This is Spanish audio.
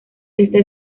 esta